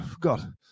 God